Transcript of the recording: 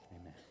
Amen